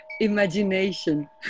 Imagination